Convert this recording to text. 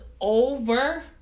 over